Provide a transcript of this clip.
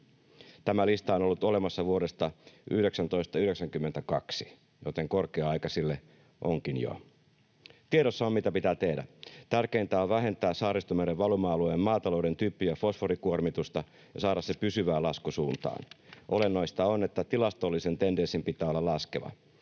Tämä lista on ollut olemassa vuodesta 1992, joten korkea aika sille onkin jo. Tiedossa on, mitä pitää tehdä: tärkeintä on vähentää Saaristomeren valuma-alueen maatalouden typpi- ja fosforikuormitusta ja saada se pysyvään laskusuuntaan. Olennaista on, että tilastollisen tendenssin pitää olla laskeva.